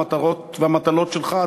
המטרות והמטלות שלך,